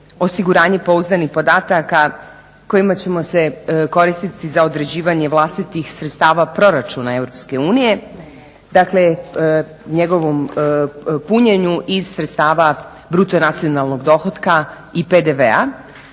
osiguranje pouzdanih podataka kojima ćemo se koristiti za određivanje vlastitih sredstava proračuna EU, dakle njegovom punjenju iz sredstava bruto nacionalnog dohotka i PDV-a,